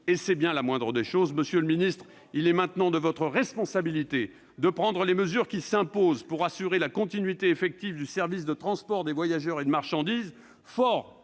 C'est bien la moindre des choses ! Monsieur le secrétaire d'État, il est maintenant de votre responsabilité de prendre les mesures qui s'imposent pour assurer la continuité effective du service de transport de voyageurs et de marchandises. Forts